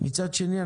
מצד שני,